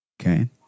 Okay